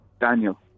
Daniel